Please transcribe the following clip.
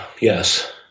yes